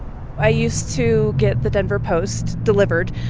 i used to get the denver post delivered,